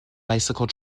bicycle